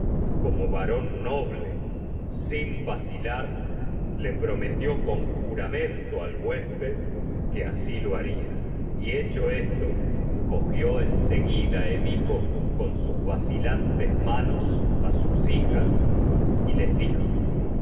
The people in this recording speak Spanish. como varón noble prometió juramento en al huésped que con así haría y hecho esto cogió a sus seguida edipo sus vacilantes manos hijas y les dijo